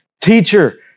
Teacher